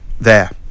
There